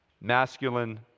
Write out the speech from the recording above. masculine